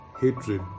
hatred